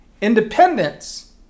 Independence